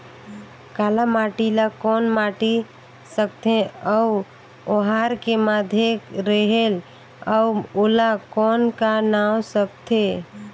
काला माटी ला कौन माटी सकथे अउ ओहार के माधेक रेहेल अउ ओला कौन का नाव सकथे?